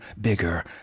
bigger